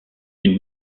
une